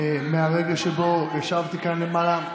מהרגע שבו ישבתי כאן למעלה.